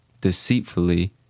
deceitfully